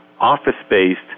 office-based